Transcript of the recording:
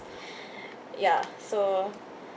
ya so